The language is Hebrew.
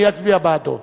אני אצביע בעדו.